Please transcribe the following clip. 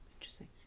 interesting